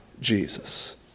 Jesus